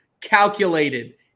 calculated